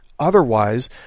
Otherwise